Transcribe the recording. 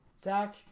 Zach